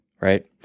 right